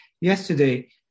yesterday